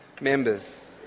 members